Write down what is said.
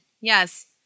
Yes